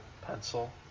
pencil